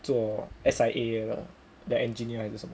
做 S_I_A 的 engineer 还是什么